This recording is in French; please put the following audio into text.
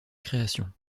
création